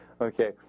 Okay